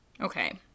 Okay